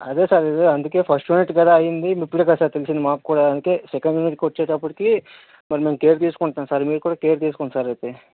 అదే సార్ అందుకే ఫస్ట్ యూనిట్టే కదా అయ్యింది ఇప్పుడే కదా తెల్సింది మాకు కూడా అంటే సెకండ్ యూనిట్కి వచ్చేటప్పటికి మరి మేమ్ కేర్ తీసుకుంటాం సార్ మీరు కూడా తీసుకోండి సార్ అయితే